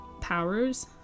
powers